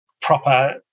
proper